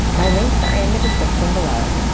my links are in the description below.